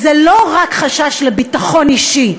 זה לא רק חשש לביטחון האישי,